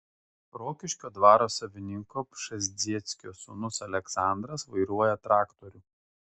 rokiškio dvaro savininko pšezdzieckio sūnus aleksandras vairuoja traktorių